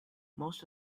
most